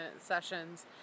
sessions